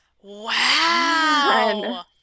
Wow